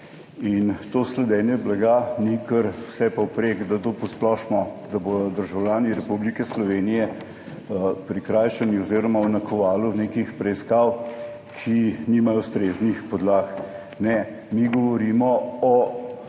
in to sledenje blagu ni kar vse povprek, da to posplošimo, da bodo državljani Republike Slovenije prikrajšani oziroma v nakovalu nekih preiskav, ki nimajo ustreznih podlag. Ne. Mi govorimo o